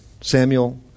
Samuel